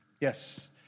Yes